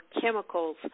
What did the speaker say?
chemicals